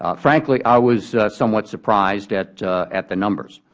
ah frankly, i was somewhat surprised at at the numbers.